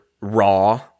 raw